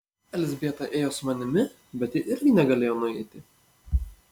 elzbieta ėjo su manimi bet ji irgi negalėjo nueiti